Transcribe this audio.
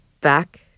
back